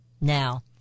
Now